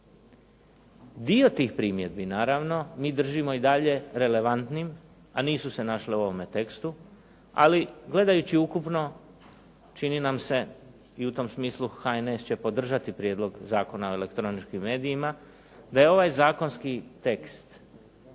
Dio tih primjedbi naravno, mi držimo i dalje relevantnim, a nisu se našle u ovome tekstu. Ali gledajući ukupno čini nam se i u tom smislu HNS će podržati Prijedlog zakona o elektroničkim medijima, da je ovaj zakonski tekst